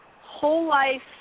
whole-life